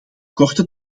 korte